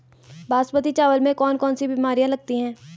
बासमती चावल में कौन कौन सी बीमारियां लगती हैं?